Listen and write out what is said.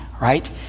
right